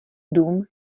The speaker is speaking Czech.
dům